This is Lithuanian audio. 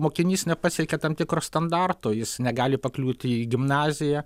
mokinys nepasiekia tam tikro standarto jis negali pakliūti į gimnaziją